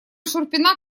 шурпина